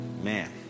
Man